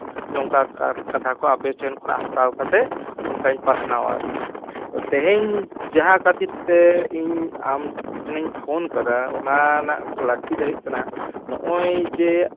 ᱱᱚᱝᱠᱟ ᱠᱟᱛᱷᱟ ᱠᱚ ᱟᱯᱮ ᱴᱷᱮᱱ ᱠᱷᱚᱱᱟᱜ ᱦᱟᱛᱟᱣ ᱠᱟᱛᱮᱫ ᱱᱚᱝᱠᱟᱧ ᱯᱟᱥᱱᱟᱣᱟ ᱟᱨᱠᱤ ᱟᱫᱚ ᱛᱮᱦᱮᱧ ᱡᱟᱦᱟᱸ ᱠᱷᱟᱹᱛᱤᱨ ᱛᱮ ᱤᱧ ᱟᱢ ᱴᱷᱮᱱᱤᱧ ᱯᱷᱳᱱ ᱠᱟᱫᱟ ᱚᱱᱟ ᱨᱮᱱᱟᱜ ᱞᱟᱹᱠᱛᱤ ᱫᱚ ᱦᱩᱭᱩᱜ ᱠᱟᱱᱟ ᱱᱚᱜᱼᱚᱭ ᱡᱮ